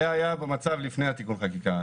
זה היה במצב שלפני תיקון החקיקה.